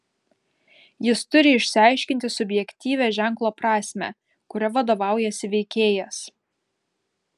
jis turi išsiaiškinti subjektyvią ženklo prasmę kuria vadovaujasi veikėjas